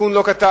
בסיכון לא קטן.